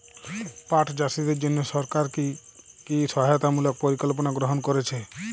পাট চাষীদের জন্য সরকার কি কি সহায়তামূলক পরিকল্পনা গ্রহণ করেছে?